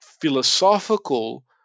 philosophical